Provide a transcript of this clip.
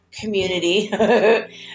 community